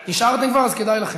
נשארתם כבר, אז כדאי לכם.